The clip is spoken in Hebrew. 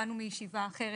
באנו מישיבה אחרת,